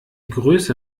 größe